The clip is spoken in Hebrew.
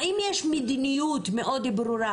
האם יש מדיניות מאוד ברורה